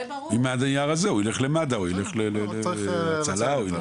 עם הנייר הזה הוא ילך למד״א או ל- ׳איחוד הצלה׳,